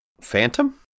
Phantom